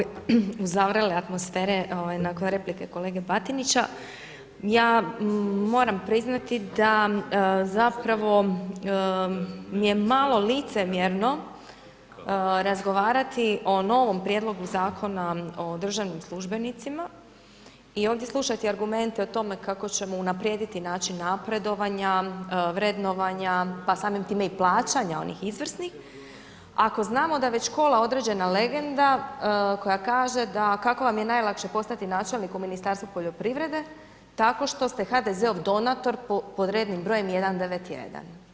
Kolega Maras, nakon ove uzavrele atmosfere nakon replike kolege Batinića, ja moram priznati da zapravo mi je malo licemjerno razgovarati o novim prijedloga Zakona o državnim službenicima i ovdje slušati argumente o tome kako ćemo unaprijediti način napredovanja, vrednovanja pa samim time i plaćanja onih izvrsnih ako znamo da već kola određena legenda koja kaže da kako vam je lakše postati načelnik u Ministarstvu poljoprivrede, tako što ste HDZ-ov donator pod rednim brojem 191.